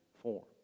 form